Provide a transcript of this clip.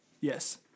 Yes